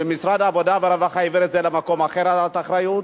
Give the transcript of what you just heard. ומשרד העבודה והרווחה העביר את זה למקום אחר,